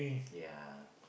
yeah